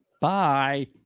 Bye